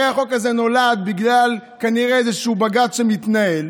החוק הזה נולד בגלל איזשהו בג"ץ שמתנהל,